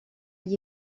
gli